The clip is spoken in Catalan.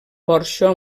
porxo